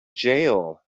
jail